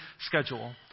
schedule